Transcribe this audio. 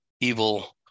evil